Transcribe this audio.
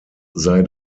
sei